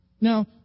Now